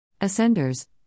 Ascenders